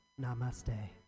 Namaste